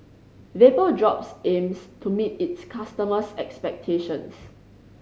vapodrops aims to meet its customers' expectations